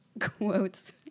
quotes